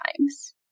times